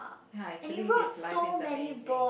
ya actually his life is amazing